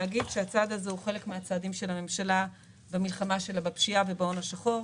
הצעד הזה הוא חלק מהצעדים של הממשלה במלחמה שלה בפשיעה ובהון השחור,